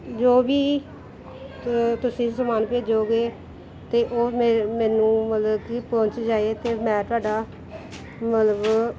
ਜੋ ਵੀ ਤੁਸੀਂ ਸਮਾਨ ਭੇਜੋਗੇ ਤਾਂ ਉਹ ਮੇ ਮੈਨੂੰ ਮਤਲਬ ਕਿ ਪਹੁੰਚ ਜਾਵੇ ਅਤੇ ਮੈਂ ਤੁਹਾਡਾ ਮਤਲਬ